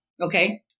Okay